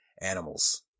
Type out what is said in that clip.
animals